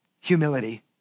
humility